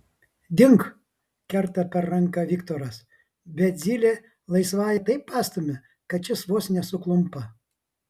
dink kerta per ranką viktoras bet zylė laisvąja taip pastumia kad šis vos nesuklumpa